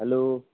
hello